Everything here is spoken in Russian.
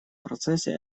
процессе